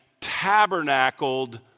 tabernacled